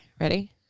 Ready